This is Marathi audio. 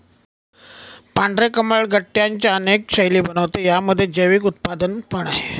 पांढरे कमळ गट्ट्यांच्या अनेक शैली बनवते, यामध्ये जैविक उत्पादन पण आहे